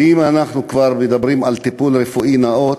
ואם אנחנו כבר מדברים על טיפול רפואי נאות,